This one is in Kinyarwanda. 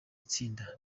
itsinda